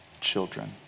children